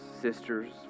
sisters